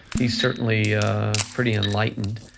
he's certainly pretty enlightened.